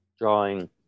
drawing